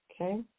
okay